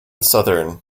southern